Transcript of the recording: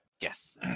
yes